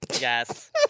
Yes